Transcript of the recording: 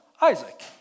Isaac